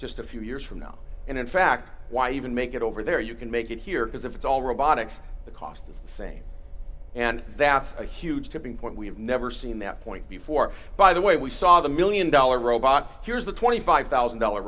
just a few years from now and in fact why even make it over there you can make it here because if it's all robotics the cost is the same and that's a huge tipping point we've never seen that point before by the way we saw the one million dollars robot here's a twenty five thousand dollar